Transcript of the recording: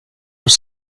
los